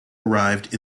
arrived